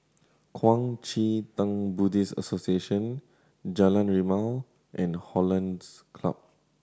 Kuang Chee Tng Buddhist Association Jalan Rimau and Hollandse Club